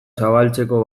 zabaltzeko